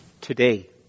Today